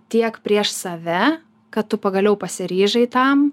tiek prieš save kad tu pagaliau pasiryžai tam